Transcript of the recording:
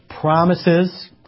promises